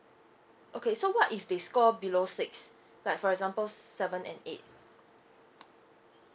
okay so what if they score below six like for example seven and eight